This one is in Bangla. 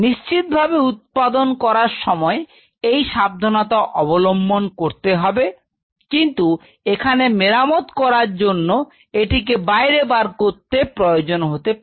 নিশ্চিতভাবে উৎপাদন করার সময় এই সাবধানতা অবলম্বন করতে হবে কিন্তু এখানে মেরামত করার জন্য এদিকে বাইরে বার করতে প্রয়োজন হতে পারে